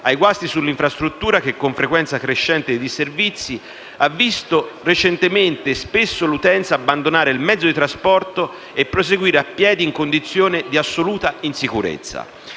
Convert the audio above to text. ai guasti sull'infrastruttura che, con frequenza crescente dei disservizi, ha visto recentemente e spesso l'utenza abbandonare il mezzo di trasporto e proseguire a piedi in condizioni di assoluta insicurezza.